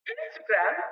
Instagram